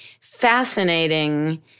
fascinating